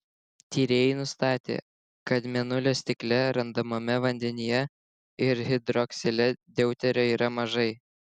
tyrėjai nustatė kad mėnulio stikle randamame vandenyje ir hidroksile deuterio yra mažai